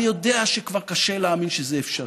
אני יודע שכבר קשה להאמין שזה אפשרי,